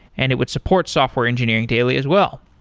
and it would support software engineering daily as well.